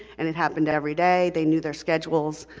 and it happened every day, they knew their schedules,